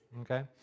okay